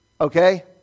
Okay